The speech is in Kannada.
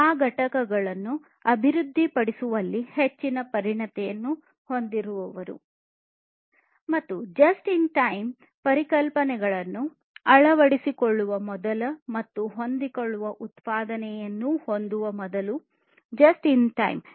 ಆ ಘಟಕಗಳನ್ನು ಅಭಿವೃದ್ಧಿಪಡಿಸುವಲ್ಲಿ ಹೆಚ್ಚಿನ ಪರಿಣತಿಯನ್ನು ಹೊಂದಿರುವವರು ಮತ್ತು ಜಸ್ಟ್ ಇನ್ ಟೈಮ್ ಪರಿಕಲ್ಪನೆಗಳನ್ನು ಅಳವಡಿಸಿಕೊಳ್ಳುವ ಮೊದಲು ಮತ್ತು ಹೊಂದಿಕೊಳ್ಳುವ ಉತ್ಪಾದನೆಯನ್ನು ಹೊಂದುವ ಮೊದಲು ಜಸ್ಟ್ ಇನ್ ಟೈಮ್